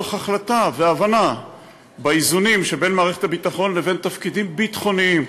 מתוך החלטה והבנה באיזונים שבין מערכת הביטחון לבין תפקידים ביטחוניים.